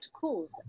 cause